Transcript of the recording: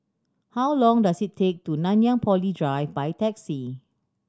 how long does it take to Nanyang Poly Drive by taxi